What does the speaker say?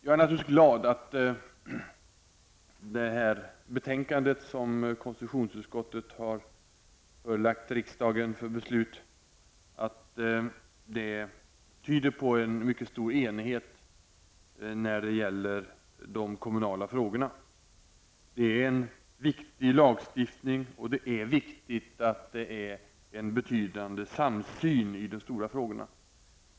Jag är naturligtvis glad att betänkandet som konstitutionsutskottet har förelagt riksdagen för beslut tyder på en mycket stor enighet när det gäller de kommunala frågorna. Det är en viktig lagstiftning, och det är viktigt att det finns en betydande samsyn i de stora frågorna.